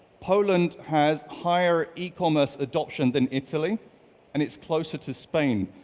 poland has higher ecommerce adoption than italy and it's closer to spain.